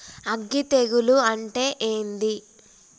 అగ్గి తెగులు అంటే ఏంది?